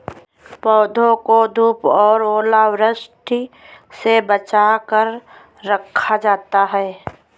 पौधों को धूप और ओलावृष्टि से बचा कर रखा जाता है